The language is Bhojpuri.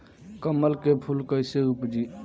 कमल के फूल कईसे उपजी?